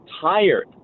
tired